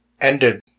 ended